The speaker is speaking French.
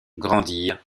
grandir